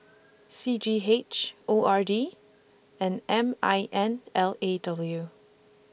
C G H O R D and M I N L A W